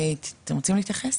אתם רוצים להתייחס?